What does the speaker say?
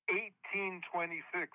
1826